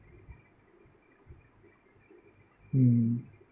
mm